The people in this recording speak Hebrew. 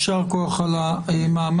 יישר כוח על המאמץ.